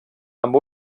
amb